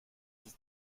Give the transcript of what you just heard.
ist